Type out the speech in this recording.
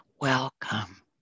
welcome